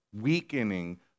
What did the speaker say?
weakening